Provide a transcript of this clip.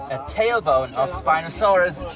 a tail bone of spinosaurus.